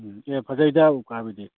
ꯎꯝ ꯑꯦ ꯐꯖꯩꯗ ꯎꯀꯥꯕꯤꯗꯤ